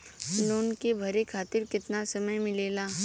Loan के भरे खातिर कितना समय मिलेला?